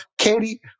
Katie